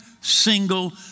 single